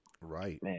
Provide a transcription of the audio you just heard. Right